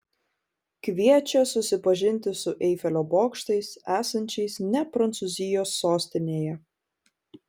kviečia susipažinti su eifelio bokštais esančiais ne prancūzijos sostinėje